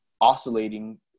oscillating